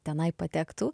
tenai patektų